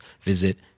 visit